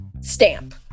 stamp